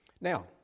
Now